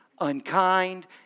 unkind